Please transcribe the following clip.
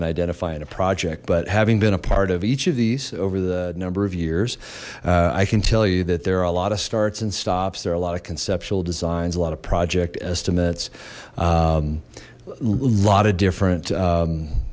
and identifying a project but having been a part of each of these over the number of years i can tell you that there are a lot of starts and stops there are a lot of conceptual designs a lot of project estimates a lot of